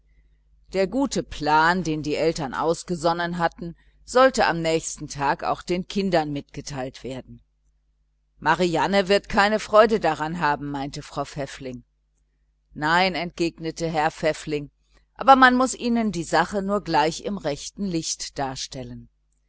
der gute plan den die eltern ausgesonnen hatten sollte am nächsten tag auch den kindern mitgeteilt werden marianne wird keine freude daran haben meinte frau pfäffling nein entgegnete herr pfäffling aber man muß ihnen die sache nur gleich im rechten licht darstellen